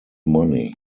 money